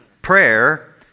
Prayer